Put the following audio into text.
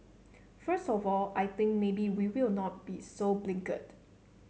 first of all I think maybe we will not be so blinkered